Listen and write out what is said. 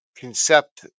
concept